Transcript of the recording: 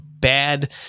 Bad